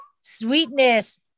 Sweetness